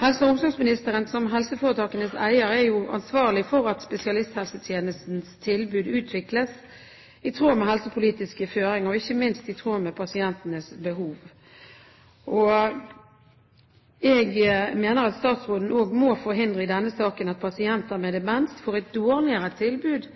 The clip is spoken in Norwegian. Helse- og omsorgsministeren som helseforetakenes eier er ansvarlig for at spesialisthelsetjenestens tilbud utvikles i tråd med helsepolitiske føringer, og ikke minst i tråd med pasientenes behov. Jeg mener at statsråden i denne saken må forhindre at pasienter med demens får et dårligere tilbud